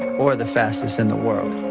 or the fastest in the world,